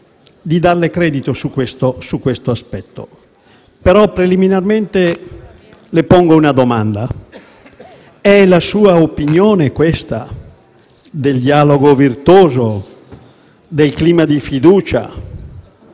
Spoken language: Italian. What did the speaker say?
di darle credito su questo aspetto. Preliminarmente, però, le pongo una domanda: è la sua opinione, questa sul dialogo virtuoso e sul clima di fiducia?